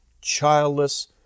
childless